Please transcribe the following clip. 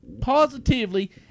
positively